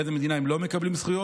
באיזו מדינה הם לא מקבלים זכויות,